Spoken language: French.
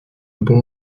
bon